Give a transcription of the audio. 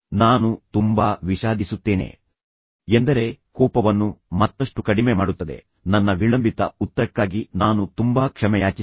ನಾನು ತುಂಬಾ ವಿಷಾದಿಸುತ್ತೇನೆ ಎಂದರೆ ಕೋಪವನ್ನು ಮತ್ತಷ್ಟು ಕಡಿಮೆ ಮಾಡುತ್ತದೆ ನನ್ನ ವಿಳಂಬಿತ ಉತ್ತರಕ್ಕಾಗಿ ನಾನು ತುಂಬಾ ಕ್ಷಮೆಯಾಚಿಸುತ್ತೇನೆ